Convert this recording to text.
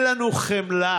כי אין לנו חמלה.